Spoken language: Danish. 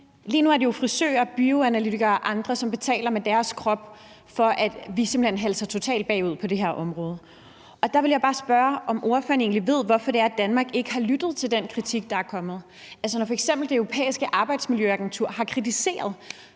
Lige nu er det jo frisører, bioanalytikere og andre, som betaler med deres kroppe, fordi vi simpelt hen halter totalt bagud på det her område. Der vil jeg bare spørge, om ordføreren egentlig ved, hvorfor Danmark ikke har lyttet til den kritik, der er kommet. Når f.eks. Det Europæiske Arbejdsmiljøagentur har kritiseret